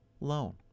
loan